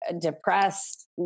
depressed